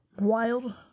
Wild